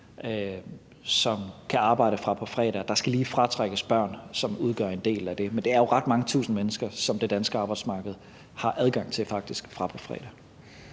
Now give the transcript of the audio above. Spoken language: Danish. der kan arbejde fra på fredag. Der skal lige fratrækkes børn, som udgør en del af det. Men det er jo ret mange tusind mennesker, som det danske arbejdsmarked faktisk har adgang til fra på fredag.